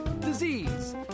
Disease